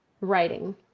writing